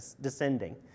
descending